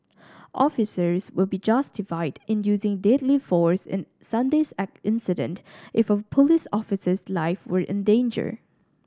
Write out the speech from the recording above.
officers would be justified in using deadly force in Sunday's incident if a police officer's life were in danger